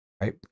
right